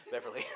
Beverly